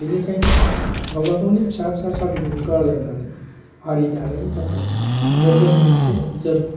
बिनिखायनो गावबा गावनि फिसा फिसा सरथ'फोरखौ गारलायनानै हारि दानायनि थाखाय गोगोम मोनसे जोर